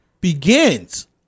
begins